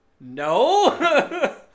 No